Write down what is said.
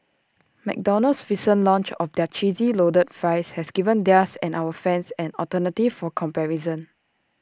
McDonald's recent launch of their cheesy loaded fries has given theirs and our fans an alternative for comparison